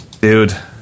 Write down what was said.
Dude